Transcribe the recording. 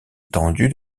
étendu